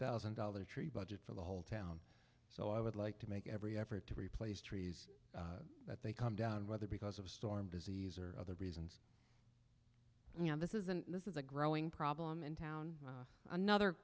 thousand dollars tree budget for the whole town so i would like to make every effort to replace trees that they come down whether because of storm disease or other reasons you know this is and this is a growing problem in town another